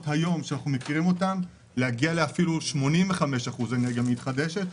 שאנחנו מכירים להגיע אפילו ל-85% אנרגיה מתחדשת,